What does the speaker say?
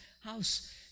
house